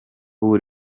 ubu